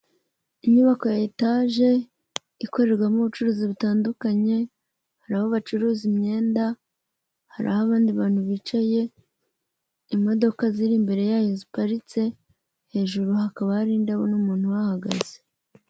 Inyubako ya etaje ikorerwamo ubucuruzi butandukanye, hari aho bacuruza imyenda, hari aho abandi bantu bicaye, imodoka ziri imbere yayo ziparitse, hejuru hakaba hari indabo n'umuntu ahahagaze.